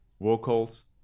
vocals